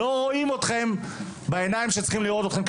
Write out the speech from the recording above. לא רואים אותכם בעיניים שצריכים לראות אותכם,